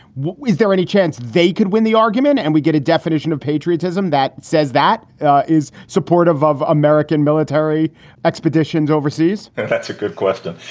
was there any chance they could win the argument? and we get a definition of patriotism that says that is supportive of american military expeditions overseas that's a good question,